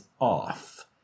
off